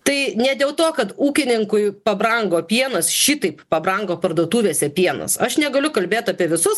tai ne dėl to kad ūkininkui pabrango pienas šitaip pabrango parduotuvėse pienas aš negaliu kalbėt apie visus